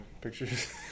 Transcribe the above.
pictures